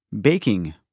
Baking